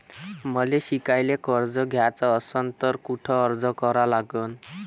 मले शिकायले कर्ज घ्याच असन तर कुठ अर्ज करा लागन?